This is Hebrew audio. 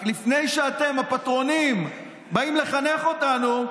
רק לפני שאתם, הפטרונים, באים לחנך אותנו,